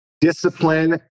discipline